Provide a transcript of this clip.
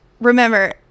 remember